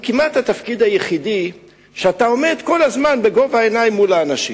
הוא כמעט התפקיד היחיד שאתה עומד בו כל הזמן בגובה העיניים מול אנשים.